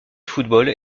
football